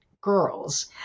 girls